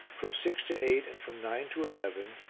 from six to eight and from nine to eleven,